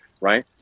Right